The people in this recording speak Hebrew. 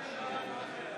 אינו נוכח יואב בן צור,